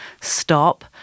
Stop